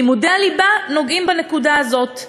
לימודי הליבה נוגעים בנקודה הזאת.